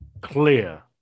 clear